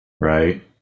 right